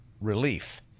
relief